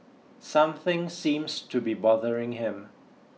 something seems to be bothering him